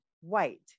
white